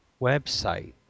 website